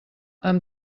amb